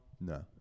No